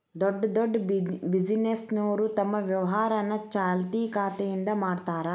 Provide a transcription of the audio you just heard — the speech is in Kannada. ದೊಡ್ಡ್ ದೊಡ್ಡ್ ಬಿಸಿನೆಸ್ನೋರು ತಮ್ ವ್ಯವಹಾರನ ಚಾಲ್ತಿ ಖಾತೆಯಿಂದ ಮಾಡ್ತಾರಾ